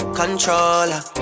controller